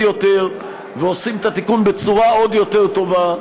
יותר ועושים את התיקון בצורה עוד יותר טובה,